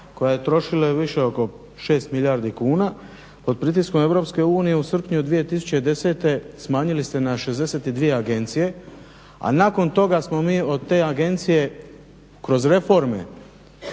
koje su trošile više oko 6 milijardi kuna. pod pritiskom EU u srpnju 2010.smanjili ste na 62 agencije, a nakon toga smo mi od te agencije kroz reforme